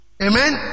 Amen